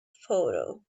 photo